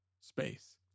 space